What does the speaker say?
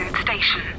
station